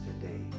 today